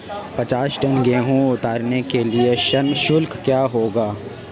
पचास टन गेहूँ उतारने के लिए श्रम शुल्क क्या होगा?